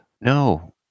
No